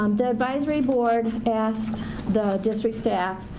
um the advisory board asked the district staff,